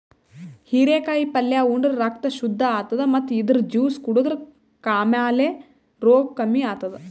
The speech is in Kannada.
ಹಿರೇಕಾಯಿ ಪಲ್ಯ ಉಂಡ್ರ ರಕ್ತ್ ಶುದ್ದ್ ಆತದ್ ಮತ್ತ್ ಇದ್ರ್ ಜ್ಯೂಸ್ ಕುಡದ್ರ್ ಕಾಮಾಲೆ ರೋಗ್ ಕಮ್ಮಿ ಆತದ್